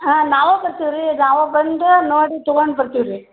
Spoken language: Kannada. ಹಾಂ ನಾವೇ ಬರ್ತೀವಿ ರೀ ನಾವೇ ಬಂದು ನೋಡಿ ತೊಗೊಂಡು ಬರ್ತೀವಿ ರೀ